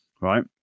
Right